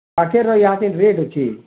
ଷାଠିଏ ଟଙ୍କା ଇହାଦେ ରେଟ୍ ଅଛେ